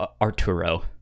arturo